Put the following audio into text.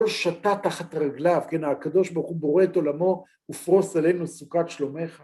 הושטה תחת רגליו, כן, הקדוש ברוך הוא בורא את עולמו, ופרוס עלינו סוכת שלומך.